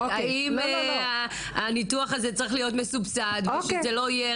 האם הניתוח הזה צריך להיות מסובסד כדי שלא יהיה